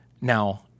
Now